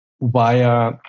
via